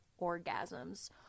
orgasms